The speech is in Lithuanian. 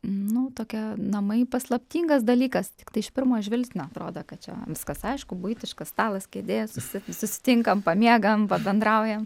nu tokie namai paslaptingas dalykas tiktai iš pirmo žvilgsnio atrodo kad čia viskas aišku buitiškas stalas kėdės susi susitinkam pamiegam pabendraujam